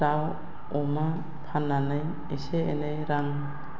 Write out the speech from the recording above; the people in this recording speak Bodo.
दाउ अमा फाननानै एसे एनै रां